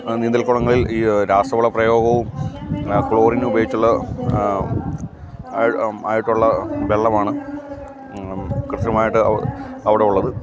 ആ നീന്തൽ കുളങ്ങളിൽ ഈ രാസവള പ്രയോഗവും ക്ലോറിൻ പയോഗിച്ചുള്ള ആയിട്ടുള്ള വെള്ളമാണ് കൃത്യമായിട്ട് അവിടെയുള്ളത്